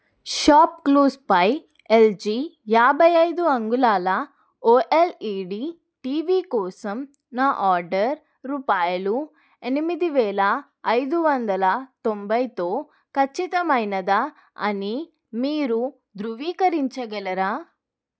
షాప్క్లూస్పై LG యాభై ఐదు అంగుళాల ఓఎల్ఈడీ టీవీ కోసం నా ఆర్డర్ రూపాయలు ఎనిమిది వేల ఐదు వందల తొంభైతో ఖచ్చితమైనదా అని మీరు ధృవీకరించగలరా